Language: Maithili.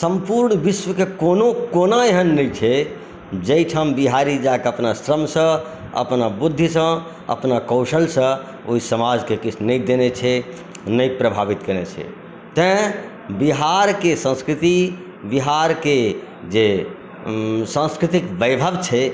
सम्पूर्ण विश्वके कोनो कोना एहन नहि छै जाहि ठाम बिहारी जा कऽ अपना श्रमसँ अपना बुद्धिसँ अपना कौशलसँ ओहि समाजके किछु नहि देने छै नहि प्रभावित कयने छै तैँ बिहारके संस्कृति बिहारके जे सांस्कृतिक वैभव छै